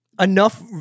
Enough